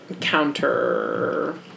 Counter